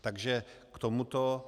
Takže k tomuto.